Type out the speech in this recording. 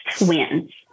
wins